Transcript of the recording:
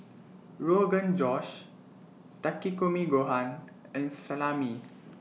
Rogan Josh Takikomi Gohan and Salami